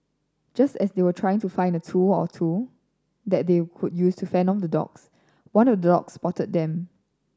just as they trying to find a tool or two that they could use to fend off the dogs one of the dogs spotted them